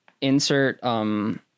Insert